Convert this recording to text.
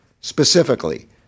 specifically